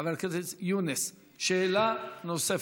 חבר הכנסת יונס, שאלה נוספת.